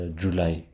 July